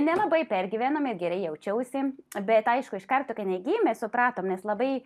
nelabai pergyvenome gerai jaučiausi bet aišku iš karto kai jinai gimė mes supratom nes labai